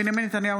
בנימין נתניהו,